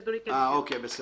אה, בסדר.